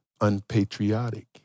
unpatriotic